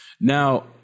Now